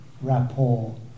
rapport